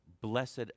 Blessed